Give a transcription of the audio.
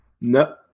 No